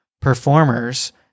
Performers